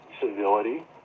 civility